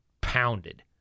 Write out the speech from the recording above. pounded